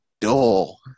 dull